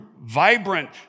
vibrant